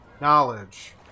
knowledge